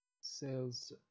sales